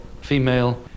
female